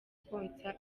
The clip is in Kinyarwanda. konsa